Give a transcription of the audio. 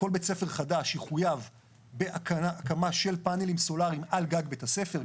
כל בית ספר חדש יחויב בהקמה של פנלים סולריים על גג בבית הספר,